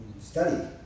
study